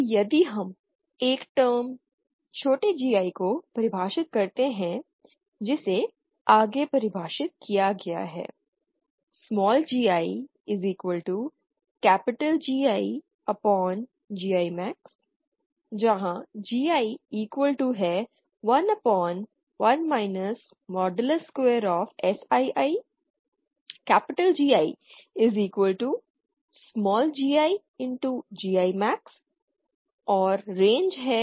अब यदि हम एक टर्म छोटे gi को परिभाषित करते हैं जिसे आगे परिभाषित किया गया है